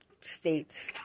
states